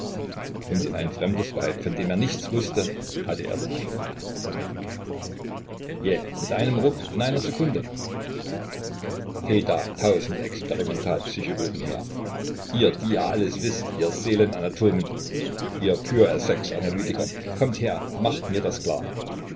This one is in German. und in ein fremdes weib von dem er nichts wußte hatte er sich verliebt jäh mit einem ruck in einer sekunde heda tausend experimentalpsychologen her ihr die ihr alles wißt ihr seelenanatomen ihr purs et secs analytiker kommt her macht mir das klar